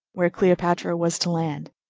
where cleopatra was to land.